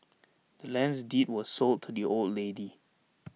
the land's deed was sold to the old lady